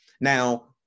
Now